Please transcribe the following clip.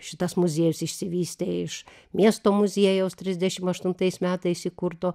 šitas muziejus išsivystė iš miesto muziejaus trisdešim aštuntais metais įkurto